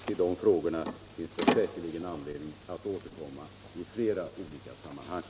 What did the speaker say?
Till de frågorna finns det säkerligen anledning att återkomma i flera olika sammanhang.